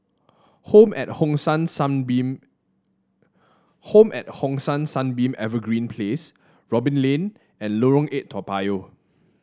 Home at Hong San Sunbeam Home at Hong San Sunbeam Evergreen Place Robin Lane and Lorong Eight Toa Payoh